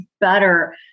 better